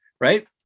right